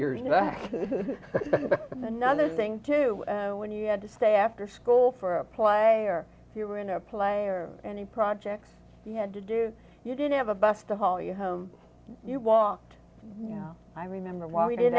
years and that's another thing too when you had to stay after school for a player if you were in a play or any projects you had to do you didn't have a bus to haul you home you walked you know i remember why we did